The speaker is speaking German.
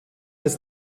des